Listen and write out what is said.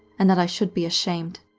and that i should be ashamed.